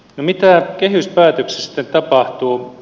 mitä kehyspäätöksissä sitten tapahtuu